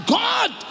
god